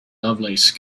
lovelace